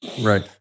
Right